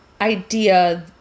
idea